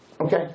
Okay